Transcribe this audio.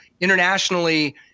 internationally